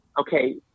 okay